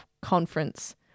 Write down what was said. conference